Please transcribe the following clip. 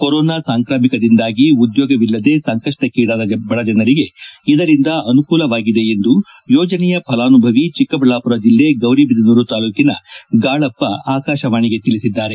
corona ಸಾಂಕ್ರಾಮಿಕದಿಂದಾಗಿ ಉದ್ಲೋಗವಿಲ್ಲದೆ ಸಂಕಷ್ಟೀಡಾದ ಬಡಜನರಿಗೆ ಇದರಿಂದ ಅನುಕೂಲವಾಗಿದೆ ಎಂದು ಯೋಜನೆಯ ಫಲಾನುಭವಿ ಚಿಕ್ಕಬಳ್ಯಾಪುರ ಜಿಲ್ಲೆ ಗೌರಿಬಿದನೂರು ತಾಲ್ಲೂಕಿನ ಗಾಳಪ್ಪ ಆಕಾಶವಾಣಿಗೆ ತಿಳಿಸಿದ್ದಾರೆ